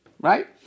Right